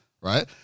right